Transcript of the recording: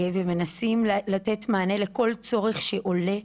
ומנסים לתת מענה לכל צורך שעולה.